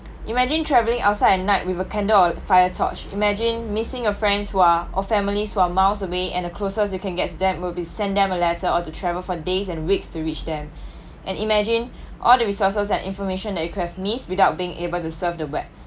imagine travelling outside at night with a candle or fire torch imagine missing your friends who are or families who are miles away and the closest you can get them will be sent them a letter or to travel for days and weeks to reach them and imagine all the resources and information that you could have missed without being able to surf the web